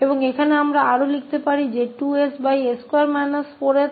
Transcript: और यहाँ भी हम आगे लिख सकते हैं 2𝑠s24 और फिर 8s24